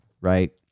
right